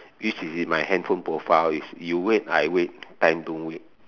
which is in my handphone profile is you wait I wait time don't wait